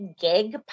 gig